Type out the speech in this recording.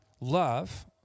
love